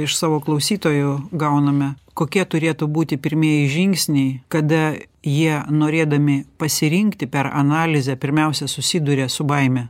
iš savo klausytojų gauname kokie turėtų būti pirmieji žingsniai kada jie norėdami pasirinkti per analizę pirmiausia susiduria su baime